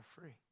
free